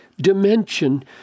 dimension